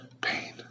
pain